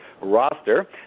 roster